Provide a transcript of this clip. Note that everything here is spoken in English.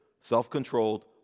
self-controlled